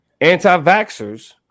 anti-vaxxers